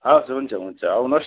हस हुन्छ हुन्छ आउनुहोस्